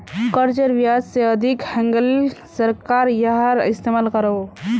कर्जेर ब्याज से अधिक हैन्गेले सरकार याहार इस्तेमाल करोह